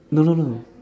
no no no